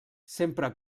sempre